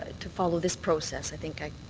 to follow this process, i think i